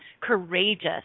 courageous